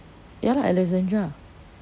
ya lah alexandra